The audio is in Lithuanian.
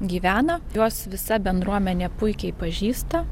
gyvena juos visa bendruomenė puikiai pažįsta